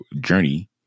journey